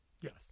Yes